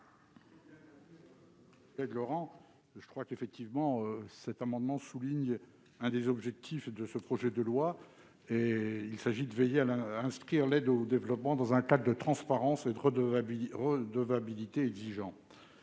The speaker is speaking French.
Jean-Marc Todeschini. Cet amendement le souligne, l'un des objectifs de ce projet de loi est de veiller à inscrire l'aide au développement dans un cadre de transparence et de redevabilité exigeant.